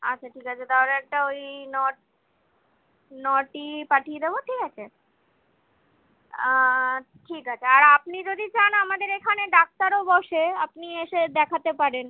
আচ্ছা ঠিক আছে তাহলে একটা ওই নট নটি পাঠিয়ে দেবো ঠিক আছে ঠিক আছে আর আপনি যদি চান আমাদের এখানে ডাক্তারও বসে আপনি এসে দেখাতে পারেন